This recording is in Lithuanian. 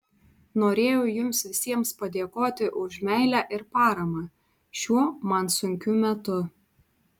norėjau jums visiems padėkoti už meilę ir paramą šiuo man sunkiu metu